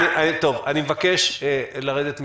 טוב, אני מבקש לרדת מזה.